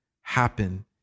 happen